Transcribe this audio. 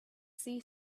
see